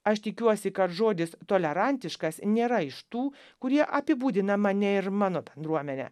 aš tikiuosi kad žodis tolerantiškas nėra iš tų kurie apibūdina mane ir mano bendruomenę